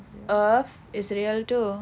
earth is real too